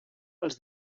els